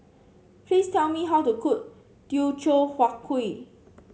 please tell me how to cook Teochew Huat Kuih